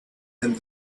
and